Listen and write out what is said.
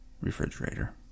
refrigerator